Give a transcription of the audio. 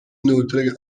inoltre